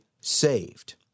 saved